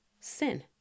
Sin